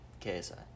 KSI